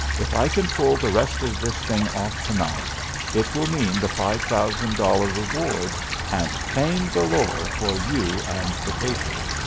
if i can pull the rest of this thing off to-night it will mean the five thousand dollars reward and fame galore for you and the paper.